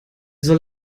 soll